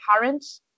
parents